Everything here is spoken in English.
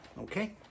okay